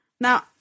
Now